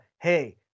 hey